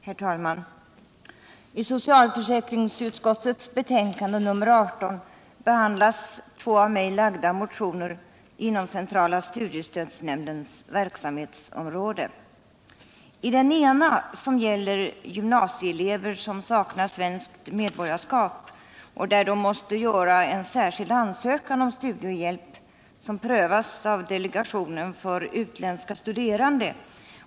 Herr talman! I socialförsäkringsutskottets betänkande nr 18 behandlas två av mig väckta motioner inom centrala studiestödsnämndens verksamhetsområde. Den ena gäller gymnasieelever som saknar svenskt medborgarskap. De måste göra en särskild ansökan om studiehjälp som prövas av delegationen för utländska studerande.